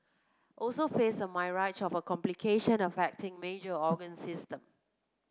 also face a myriad of complication affecting major organ system